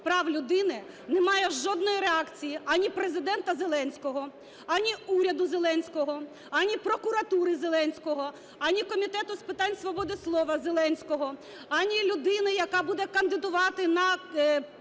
прав людини немає жодної реакції: ані Президента Зеленського, ані уряду Зеленського, ані прокуратури Зеленського, ані Комітету з питань свободи слова Зеленського, ані людини, яка буде кандидувати на